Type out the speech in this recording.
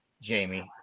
Jamie